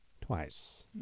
twice